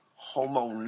Homo